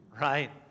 right